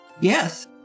Yes